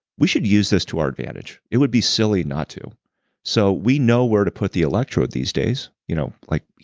we should use this to our advantage. it would be silly not to so we know where to put the electrode these days. you know like,